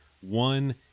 One